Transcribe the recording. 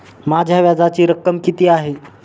माझ्या व्याजाची रक्कम किती आहे?